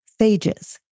phages